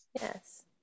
Yes